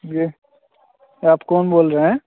जी आप कौन बोल रहे हैं